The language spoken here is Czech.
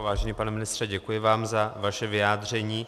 Vážený pane ministře, děkuji vám za vaše vyjádření.